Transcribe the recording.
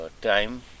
time